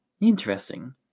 Interesting